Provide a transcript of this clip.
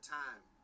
time